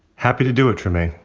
happy to do it, trymaine.